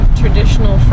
traditional